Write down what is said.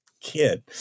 kid